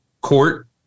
court